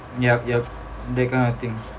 yup yup that kind of thing